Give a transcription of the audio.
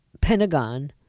Pentagon